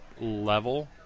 level